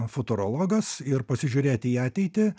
futurologas ir pasižiūrėti į ateitį